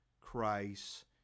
Christ